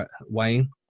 Wayne